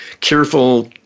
careful